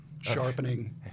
sharpening